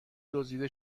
دزدیده